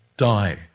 die